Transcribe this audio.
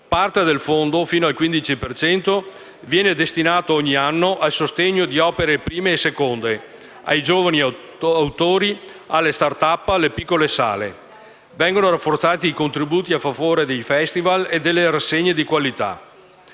Parte del Fondo, fino al 15 per cento, viene destinato ogni anno al sostegno di opere prime e seconde, ai giovani autori, alle *start up*, alle piccole sale. Vengono rafforzati i contributi a favore dei festival e delle rassegne di qualità.